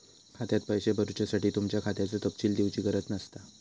खात्यात पैशे भरुच्यासाठी तुमच्या खात्याचो तपशील दिवची गरज नसता